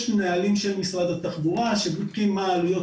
יש נהלים של משרד התחבורה שבודקים מה עלויות,